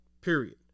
period